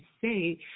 say